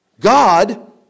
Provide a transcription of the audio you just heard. God